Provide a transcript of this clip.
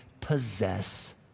possess